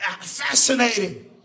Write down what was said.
fascinating